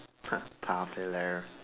ha popular